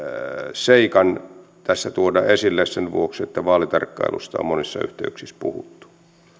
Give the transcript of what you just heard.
seikan tässä tuoda esille sen vuoksi että vaalitarkkailusta on monissa yhteyksissä puhuttu